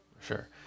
sure